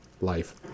life